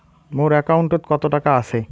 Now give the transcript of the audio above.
মোর একাউন্টত কত টাকা আছে?